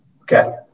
Okay